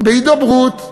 בהידברות,